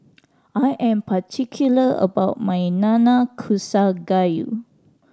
I am particular about my Nanakusa Gayu